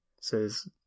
says